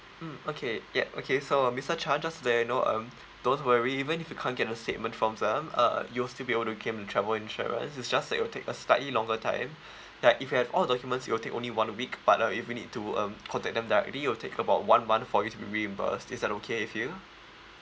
mm okay yup okay so uh mister chan just to let you know um don't worry even if you can't get a statement from them uh you will still be able to claim the travel insurance it's just that it will take us slightly longer time like if you have all the documents it will take only one week but uh if we need to um contact them directly it will take about one month for you to be reimbursed is that okay with you